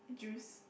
Jews